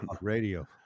radio